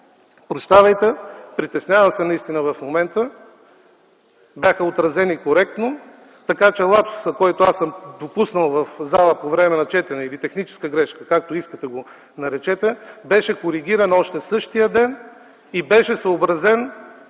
прощавайте, притеснявам се наистина в момента – бяха отразени коректно. Така че лапсусът, който съм допуснал в залата по време на четене, или техническа грешка, както искате го наречете, беше коригиран още същия ден и беше съобразен